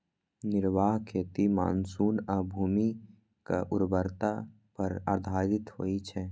निर्वाह खेती मानसून आ भूमिक उर्वरता पर आधारित होइ छै